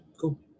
cool